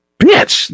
bitch